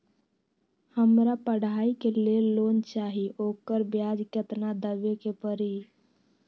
हमरा पढ़ाई के लेल लोन चाहि, ओकर ब्याज केतना दबे के परी?